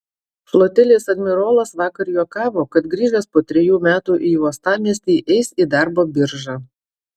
flotilės admirolas vakar juokavo kad grįžęs po trejų metų į uostamiestį eis į darbo biržą